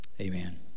Amen